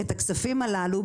את הכספים הללו,